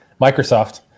Microsoft